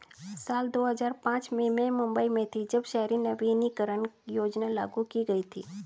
साल दो हज़ार पांच में मैं मुम्बई में थी, जब शहरी नवीकरणीय योजना लागू की गई थी